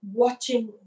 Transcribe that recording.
watching